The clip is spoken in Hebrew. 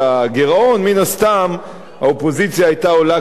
מן הסתם האופוזיציה היתה עולה כאן על הבמה,